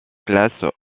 classe